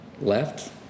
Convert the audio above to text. left